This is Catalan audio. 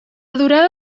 durada